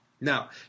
Now